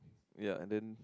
ya and then